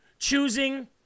choosing